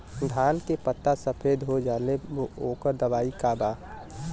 धान के पत्ता सफेद हो जाला ओकर दवाई का बा?